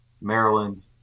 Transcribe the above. Maryland